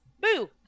Boo